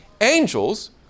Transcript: angels